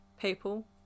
people